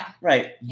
Right